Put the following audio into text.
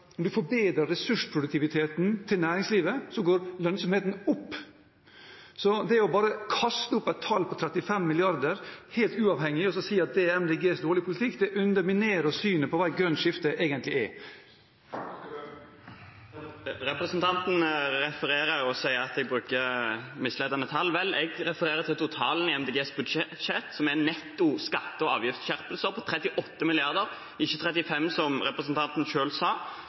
når man får bedret ressursproduktiviteten til næringslivet, går lønnsomheten opp. Så det bare å kaste opp et tall på 35 mrd., helt uavhengig, og så si at det er MDGs dårlige politikk, underminerer synet på hva et grønt skifte egentlig er. Representanten refererer til og sier at jeg bruker misvisende tall. Vel, jeg refererer til totalen i MDGs budsjett, som er netto skatte- og avgiftsskjerpelser på 38 mrd. kr, ikke 35 mrd., som representanten selv sa.